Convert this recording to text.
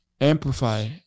Amplify